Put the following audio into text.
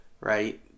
right